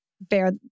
Bear